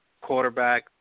quarterback